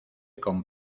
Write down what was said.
con